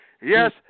Yes